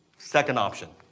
second option.